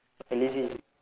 I lazy